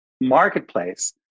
marketplace